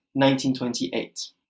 1928